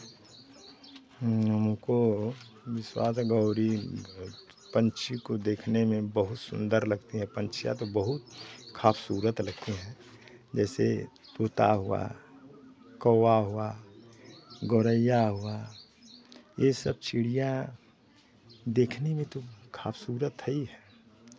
हमको गौर पंछी को देखने में बहुत सुंदर लगती हैं पंछियाँ तो बहुत खूबसूरत लगती है जैसे तोता हुआ कौवा हुआ गौरैया हुआ ये सब चिड़ियाँ देखने में तो खबसूरत है ही है